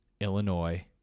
Illinois